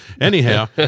Anyhow